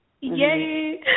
Yay